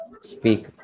speak